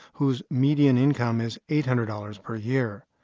whose median income is eight hundred dollars per year.